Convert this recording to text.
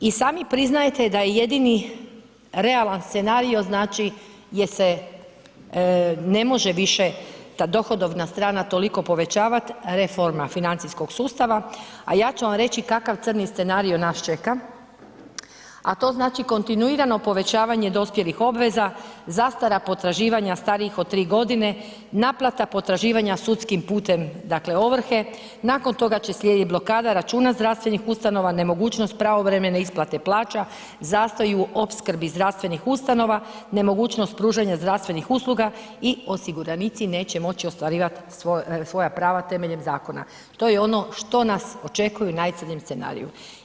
I sami priznajete da je jedini realan scenarijo znači gdje se ne može više ta dohodovna strana toliko povećavat, reforma financijskog sustava, a ja ću vam reći kakav crni scenarijo nas čeka, a to znači kontinuirano povećavanje dospjelih obveza, zastara potraživanja starijih od 3.g., naplata potraživanja sudskim putem, dakle ovrhe, nakon toga će slijedit blokada računa zdravstvenih ustanova, nemogućnost pravovremene isplate plaća, zastoji u opskrbi zdravstvenih ustanova, nemogućnost pružanja zdravstvenih usluga i osiguranici neće moći ostvarivat svoja prava temeljem zakona, to je ono što nas očekuje u najcrnjem scenariju.